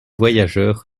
voyageur